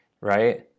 right